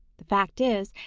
the fact is,